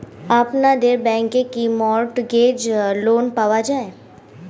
আপনাদের ব্যাংকে কি মর্টগেজ লোন পাওয়া যায়?